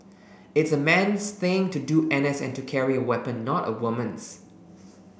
it's a man's thing to do NS and to carry a weapon not a woman's